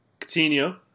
Coutinho